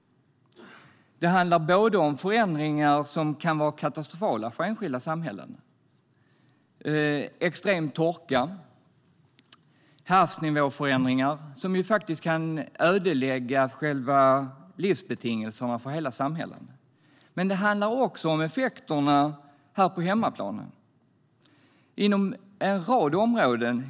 Det handlar om förändringar som kan vara katastrofala för enskilda samhällen. Extrem torka och havsnivåförändringar kan ödelägga livsbetingelserna för hela samhällen. Men det handlar också om effekterna här på hemmaplan inom en rad områden.